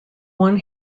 one